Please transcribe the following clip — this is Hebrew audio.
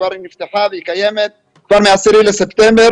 היא נפתחה והיא קיימת כבר מ-10 בספטמבר.